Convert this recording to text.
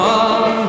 on